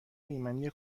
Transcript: ایمنی